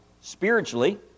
spiritually